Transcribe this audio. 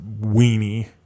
weenie